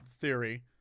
theory